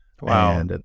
Wow